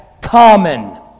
common